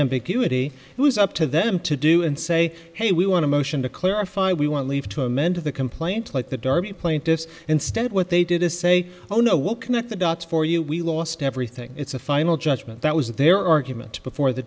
ambiguity it was up to them to do and say hey we want to motion to clarify we want leave to amend the complaint like the darby plaintiffs instead what they did is say oh no we'll connect the dots for you we lost everything it's a final judgment that was their argument before the